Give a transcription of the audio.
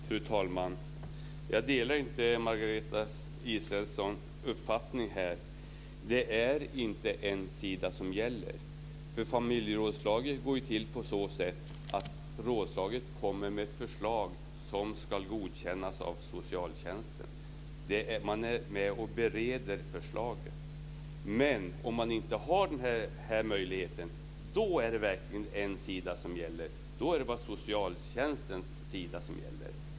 Fru talman! Jag delar inte Margareta Israelssons uppfattning. Det är inte en sida som gäller. Familjerådslaget går ju till på så sätt att rådslaget kommer med ett förslag som ska godkännas av socialtjänsten. Man är med och bereder förslaget. Men om man inte har den här möjligheten är det verkligen en sida som gäller. Då är det bara socialtjänstens sida som gäller.